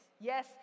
yes